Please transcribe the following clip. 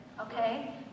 okay